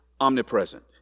omnipresent